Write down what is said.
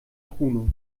bruno